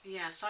Yes